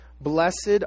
Blessed